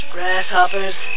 Grasshoppers